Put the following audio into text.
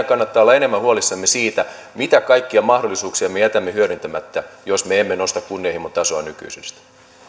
kannattaa olla enemmän huolissamme siitä mitä kaikkia mahdollisuuksia me jätämme hyödyntämättä jos me emme nosta kunnianhimon tasoa nykyisestä